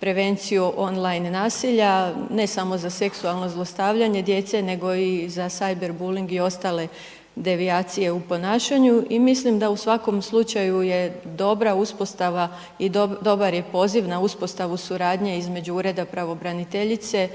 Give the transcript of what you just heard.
prevenciju online nasilja, ne samo za seksualno zlostavljanje djece, nego i za …/Govornik se ne razumije./… i ostale devijacije u ponašanju i mislim da u svakom slučaju je dobra uspostava i dobar je poziv na uspostavu suradnje između Ureda pravobraniteljice